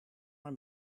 maar